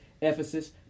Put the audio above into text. Ephesus